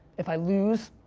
if i lose,